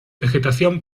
vegetación